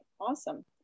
awesome